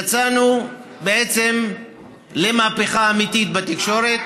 יצאנו בעצם למהפכה אמיתית בתקשורת,